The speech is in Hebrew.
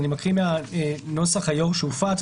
אני מקריא מהנוסח שהופץ היום,